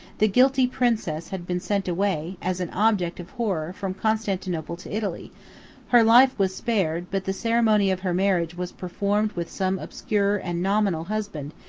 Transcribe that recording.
the guilty princess had been sent away, as an object of horror, from constantinople to italy her life was spared but the ceremony of her marriage was performed with some obscure and nominal husband,